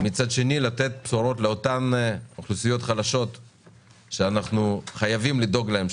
ומצד שני לתת בשורות לאותן אוכלוסיות חלשות שאנחנו חייבים לדאוג להם,